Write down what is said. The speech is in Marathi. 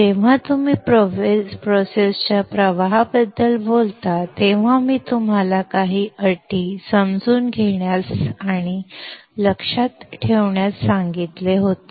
जेव्हा तुम्ही प्रोसेस च्या प्रवाहाबद्दल बोलता तेव्हा मी तुम्हाला काही अटी समजून घेण्यास आणि लक्षात ठेवण्यास सांगितले होते